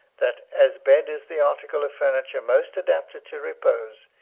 that, as bed is the article of furniture most adapted to repose,